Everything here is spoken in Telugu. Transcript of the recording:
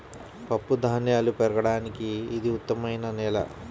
పప్పుధాన్యాలు పెరగడానికి ఇది ఉత్తమమైన నేల